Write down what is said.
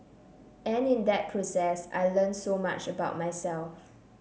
and in that process I learnt so much about myself